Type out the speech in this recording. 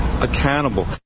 accountable